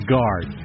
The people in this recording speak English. Guard